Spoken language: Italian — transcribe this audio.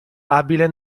abile